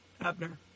Abner